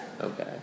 Okay